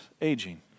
aging